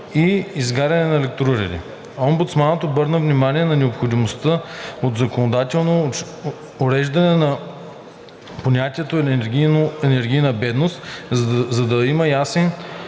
и изгаряне на електроуреди. Омбудсманът обърна внимание на необходимостта от законодателно уреждане на понятието „енергийна бедност“, за да бъде ясен